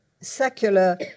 secular